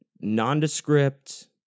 nondescript